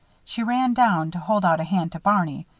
she ran down to hold out a hand to barney.